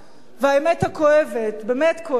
והאמת הכואבת, באמת כואבת,